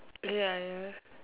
ya ya